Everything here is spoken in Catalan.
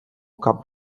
cap